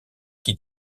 qui